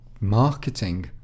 marketing